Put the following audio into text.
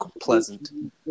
pleasant